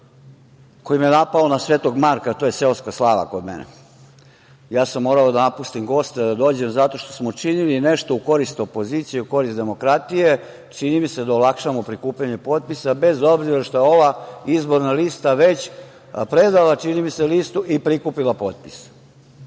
koji me je napao na Svetog Marka, to je seoska slava kod mene… Ja sam morao da napustim goste, da dođem zato što smo činili nešto u korist opozicije, u korist demokratije, čini mi se da olakšamo prikupljanje potpisa, bez obzira što je ova izborna lista već predala, čini mi se, listu i prikupila potpise,